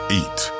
eat